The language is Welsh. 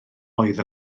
oedd